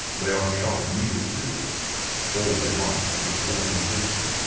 they are as sharp as needles, too all they want is organisation.